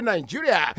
Nigeria